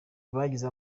bagize